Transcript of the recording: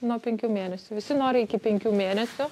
nuo penkių mėnesių visi nori iki penkių mėnesių